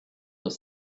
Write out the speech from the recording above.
aux